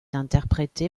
interprétée